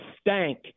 stank